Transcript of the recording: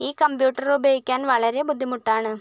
ഈ കമ്പ്യൂട്ടറുപയോഗിക്കാൻ വളരെ ബുദ്ധിമുട്ടാണ്